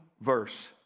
verse